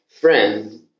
friend